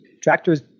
Tractors